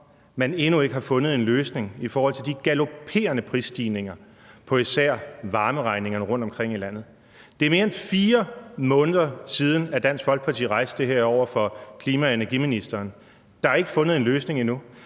man endnu ikke har fundet en løsning i forhold til de galoperende prisstigninger på især varmeregningerne rundtomkring i landet. Det er mere end 4 måneder siden, at Dansk Folkeparti rejste det her over for klima-, energi- og forsyningsministeren. Der er ikke fundet en løsning endnu.